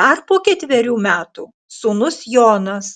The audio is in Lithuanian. dar po ketverių metų sūnus jonas